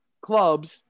clubs